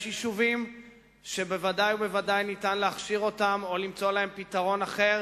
יש יישובים שוודאי וודאי ניתן להכשיר אותם או למצוא להם פתרון אחר,